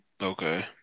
Okay